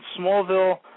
Smallville